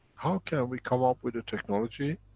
how can we come up with a technology